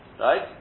Right